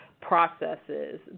processes